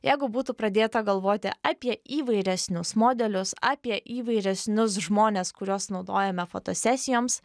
jeigu būtų pradėta galvoti apie įvairesnius modelius apie įvairesnius žmones kuriuos naudojame fotosesijoms